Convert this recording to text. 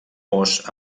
mos